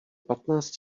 patnáct